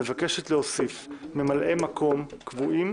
מבקשת להוסיף ממלאי מקום קבועים